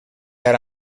ara